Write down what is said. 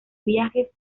viajes